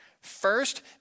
First